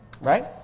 right